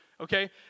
Okay